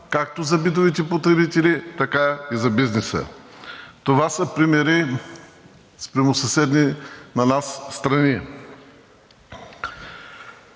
както за битовите потребители, така и за бизнеса. Това са примери спрямо съседни на нас страни,